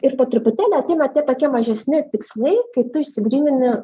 ir po truputėlį ateina tie tokie mažesni tikslai kai tu išsigrynini